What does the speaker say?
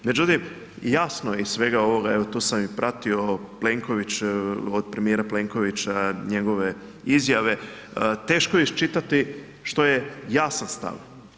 Međutim, jasno je iz svega ovoga, evo to sam i pratio, Plenković, od premijera Plenkovića, njegove izjave teško je iščitati što je jasan stav.